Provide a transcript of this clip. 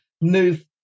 move